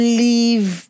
leave